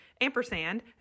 ampersand